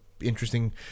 interesting